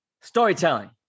storytelling